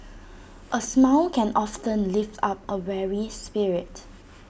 A smile can often lift up A weary spirit